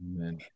Amen